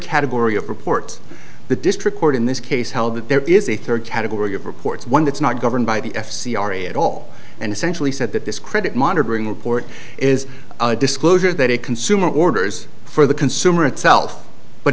category of report the district court in this case held that there is a third category of reports one that's not governed by the f c r a at all and essentially said that this credit monitoring report is a disclosure that a consumer orders for the consumer itself but